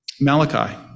Malachi